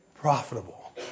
profitable